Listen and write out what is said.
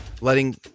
letting